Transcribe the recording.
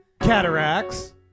Cataracts